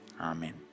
Amen